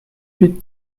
huit